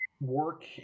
work